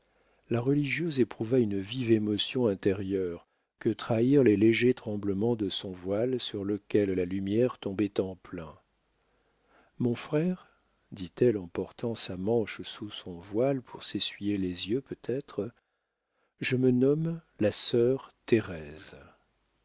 la religieuse éprouva une vive émotion intérieure que trahirent les légers tremblements de son voile sur lequel la lumière tombait en plein mon frère dit-elle en portant sa manche sous son voile pour s'essuyer les yeux peut-être je me nomme la sœur thérèse